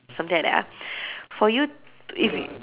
something like that ah for you if you